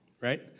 Right